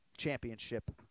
Championship